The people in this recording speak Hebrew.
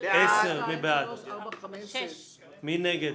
מי נגד?